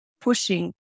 pushing